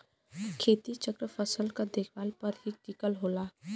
खेती चक्र फसल क देखभाल पर ही टिकल होला